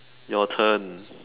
your turn